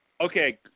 Okay